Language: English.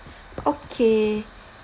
okay